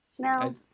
No